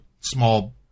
small